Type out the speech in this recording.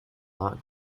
not